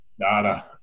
data